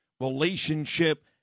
relationship